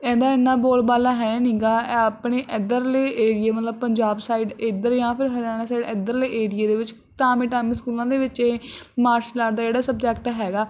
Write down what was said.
ਇਹਦਾ ਇੰਨਾ ਬੋਲਬਾਲਾ ਹੈ ਨਹੀਂ ਗਾ ਆਪਣੇ ਇੱਧਰਲੇ ਏਰੀਏ ਮਤਲਬ ਪੰਜਾਬ ਸਾਈਡ ਇੱਧਰ ਜਾਂ ਫਿਰ ਹਰਿਆਣਾ ਸਾਈਡ ਇੱਧਰਲੇ ਏਰੀਏ ਦੇ ਵਿੱਚ ਟਾਵੇਂ ਟਾਵੇਂ ਸਕੂਲਾਂ ਦੇ ਵਿੱਚ ਇਹ ਮਾਰਸ਼ਲ ਆਰਟ ਦਾ ਜਿਹੜਾ ਸਬਜੈਕਟ ਹੈਗਾ